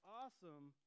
awesome